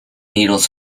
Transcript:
needles